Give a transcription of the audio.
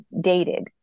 dated